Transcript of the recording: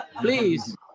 please